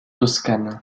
toscane